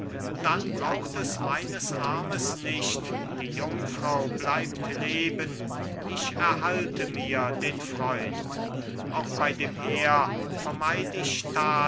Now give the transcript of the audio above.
dann braucht es meines armes nicht die jungfrau bleibt leben ich erhalte mir den freund auch bei dem heer vermeid ich